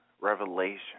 revelation